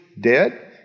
dead